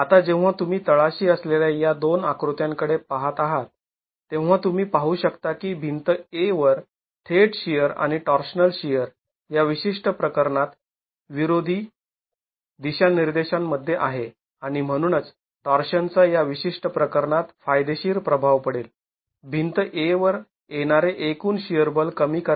आता जेव्हा तुम्ही तळाशी असलेल्या या दोन आकृत्यांकडे पहात आहात तेव्हा तुम्ही पाहू शकता की भिंत A वर थेट शिअर आणि टॉर्शनल शिअर या विशिष्ट प्रकरणात विरोधी दिशांनिर्देशांमध्ये आहे आणि म्हणूनच टॉर्शनचा या विशिष्ट प्रकरणात फायदेशीर प्रभाव पडेल भिंत A वर येणारे एकूण शिअर बल कमी करण्यात